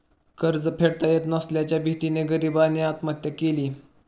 कर्ज फेडता येत नसल्याच्या भीतीने गरीबाने आत्महत्या केली